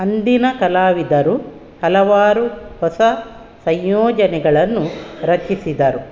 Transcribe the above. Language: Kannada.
ಅಂದಿನ ಕಲಾವಿದರು ಹಲವಾರು ಹೊಸ ಸಂಯೋಜನೆಗಳನ್ನು ರಚಿಸಿದರು